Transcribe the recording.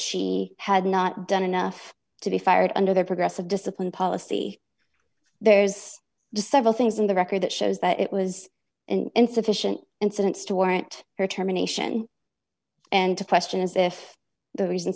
she had not done enough to be fired under their progressive discipline policy there's just several things in the record that shows that it was insufficient incidents to warrant her terminations and to question as if the reasons